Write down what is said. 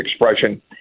expression